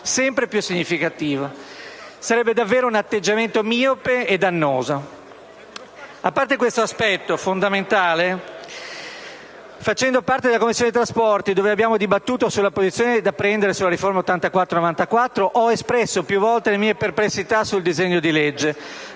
sempre più significativa. Sarebbe davvero un atteggiamento miope e dannoso. A parte questo aspetto fondamentale, facendo parte della Commissione trasporti, dove abbiamo dibattuto sulla posizione da prendere sulla riforma della legge n. 84 del 1994, ho espresso più volte le mie perplessità sul disegno di legge,